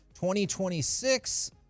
2026